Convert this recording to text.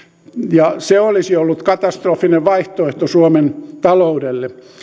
ja se olisi ollut katastrofaalinen vaihtoehto suomen taloudelle